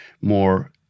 more